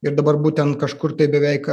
ir dabar būtent kažkur tai beveik